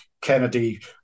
Kennedy